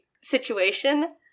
situation